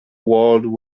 world